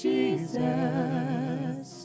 Jesus